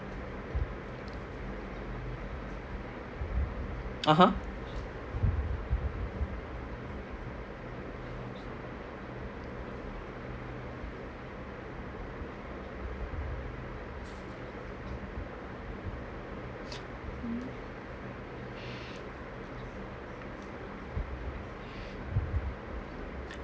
(uh huh)